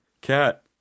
Cat